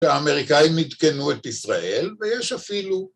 האמריקאים עדכנו את ישראל ויש אפילו